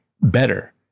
better